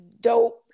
dope